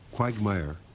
Quagmire